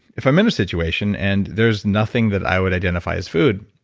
if i'm in a situation and there's nothing that i would identify as food,